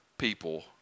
people